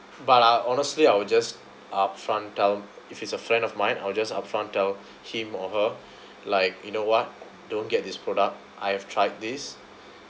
but uh honestly I will just upfront tell if it's a friend of mine I'll just upfront tell him or her like you know what don't get this product I have tried this